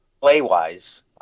play-wise